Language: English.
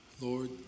Lord